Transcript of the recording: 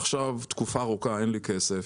תקופה ארוכה אין לי כסף.